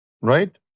Right